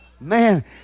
Man